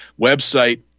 website